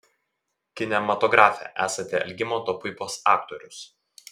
kinematografe esate algimanto puipos aktorius